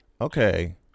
Okay